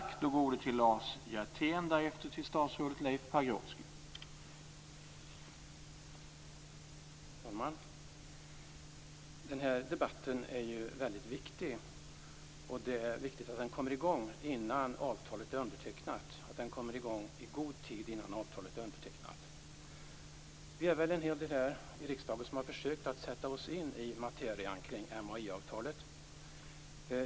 Herr talman! Denna debatt är väldigt viktig, och det är viktigt att den kommer i gång i god tid innan avtalet är undertecknat. Vi är en hel del här i riksdagen som har försökt att sätta oss in i materian kring MAI-avtalet.